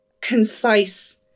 concise